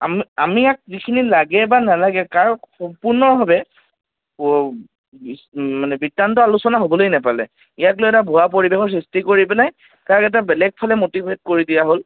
আম আমি ইয়াক যিখিনি লাগে বা নালাগে কা ৰ সম্পূৰ্ণভাৱে মানে বৃস্তান্ত আলোচনা হ'বলৈ নাপালে ইয়াক লৈ এটা ভুৱা পৰিৱেশৰ সৃষ্টি কৰিকেনে ইয়াক এটা বেলেগ ফালে মটিভেত কৰি দিয়া হ'ল